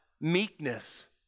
meekness